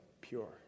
pure